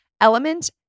Element